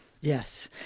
Yes